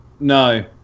No